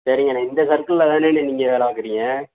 சரிங்கண்ணே இந்த சர்குள்ல தானண்ணே நீங்கள் வேலை பார்க்குறீங்க